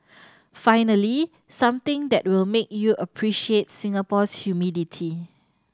finally something that will make you appreciate Singapore's humidity